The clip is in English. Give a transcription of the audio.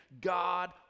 god